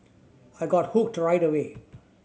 I got hooked right away